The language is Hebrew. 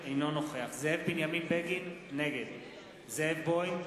אינו נוכח זאב בנימין בגין, נגד זאב בוים,